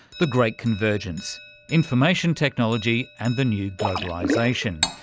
the great convergence information technology and the new globalisation.